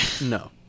No